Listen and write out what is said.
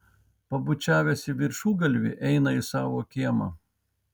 pabučiavęs į viršugalvį eina į savo kiemą